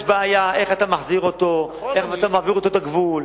יש בעיה איך אתה מחזיר אותו ואיך אתה מעביר אותו את הגבול.